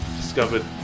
discovered